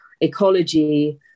ecology